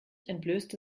entblößte